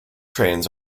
trains